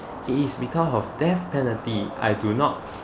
it is because of death penalty I do not